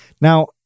Now